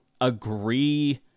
agree